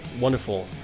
wonderful